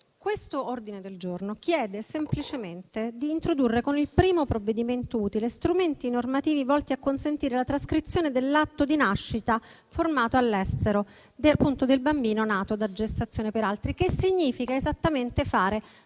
L'ordine del giorno G1.102 chiede semplicemente di introdurre, con il primo provvedimento utile, strumenti normativi volti a consentire la trascrizione dell'atto di nascita formato all'estero del bambino nato da gestazione per altri, il che significa fare esattamente ciò